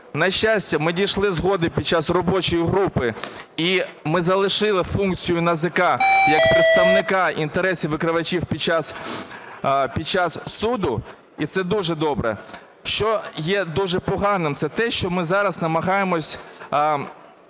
На щастя, ми дійшли згоди під час робочої групи і ми залишили функцію НАЗК як представника інтересів викривачів під час суду, і це дуже добре. Що є дуже поганим, це те, що ми зараз намагаємось